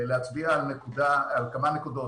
להצביע על כמה נקודות.